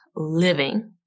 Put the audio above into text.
Living